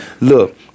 look